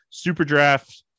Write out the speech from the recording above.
SuperDraft